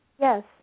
Yes